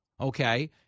okay